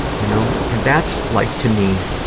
you know? and that's like, to me,